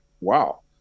wow